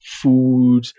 food